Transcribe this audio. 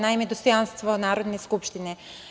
Naime, dostojanstvo Narodne skupštine.